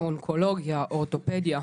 אונקולוגיה, אורתופדיה,